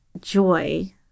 joy